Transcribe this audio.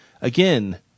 again